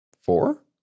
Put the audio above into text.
Four